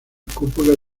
cúpulas